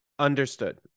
understood